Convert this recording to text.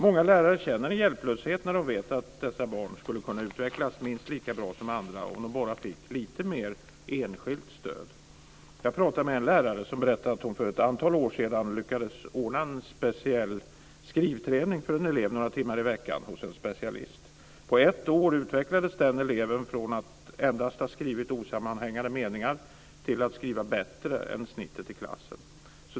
Många lärare känner en hjälplöshet när de vet att dessa barn skulle kunna utvecklas minst lika bra som andra om de bara fick lite mer enskilt stöd. Jag har pratat med en lärare som berättade att hon för ett antal år sedan lyckades ordna en speciell skrivträning för en elev några timmar i veckan hos en specialist. På ett år utvecklades den eleven från att endast ha skrivit osammanhängande meningar till att skriva bättre än snittet i klassen.